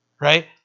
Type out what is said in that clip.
right